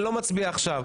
אני לא מצביע עכשיו,